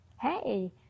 Hey